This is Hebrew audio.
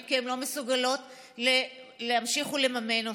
כי הן לא מסוגלות להמשיך ולממן אותה.